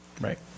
right